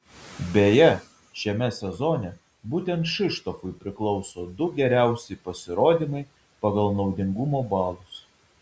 beje šiame sezone būtent kšištofui priklauso du geriausi pasirodymai pagal naudingumo balus